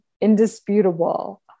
indisputable